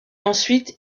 ensuite